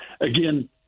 Again